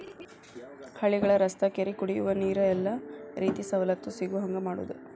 ಹಳ್ಳಿಗಳ ರಸ್ತಾ ಕೆರಿ ಕುಡಿಯುವ ನೇರ ಎಲ್ಲಾ ರೇತಿ ಸವಲತ್ತು ಸಿಗುಹಂಗ ಮಾಡುದ